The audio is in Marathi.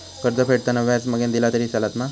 कर्ज फेडताना व्याज मगेन दिला तरी चलात मा?